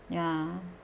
ya